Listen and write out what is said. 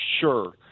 sure